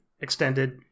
extended